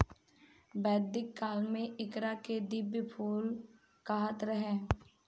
वैदिक काल में एकरा के दिव्य फूल कहात रहे